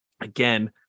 again